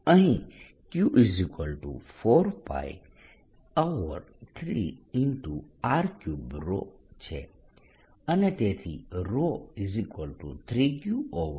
અહીં Q4π3r3 છે અને તેથી 3Q4R3 થશે